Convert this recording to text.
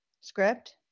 script